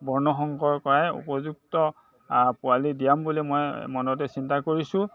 বৰ্ণ সংঘৰ কৰাই উপযুক্ত পোৱালি দিয়াম বুলি মই মনতে চিন্তা কৰিছোঁ